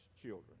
children